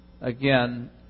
again